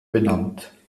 benannt